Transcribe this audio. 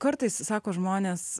kartais sako žmonės